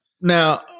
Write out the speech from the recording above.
now